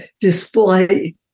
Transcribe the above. display